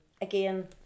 again